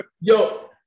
yo